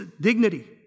dignity